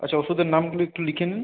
আচ্ছা ওষুধের নামগুলি একটু লিখে নিন